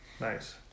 Nice